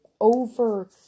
over